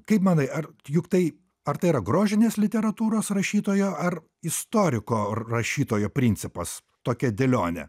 kaip manai ar juk tai ar tai yra grožinės literatūros rašytojo ar istoriko rašytojo principas tokia dėlionė